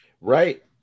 Right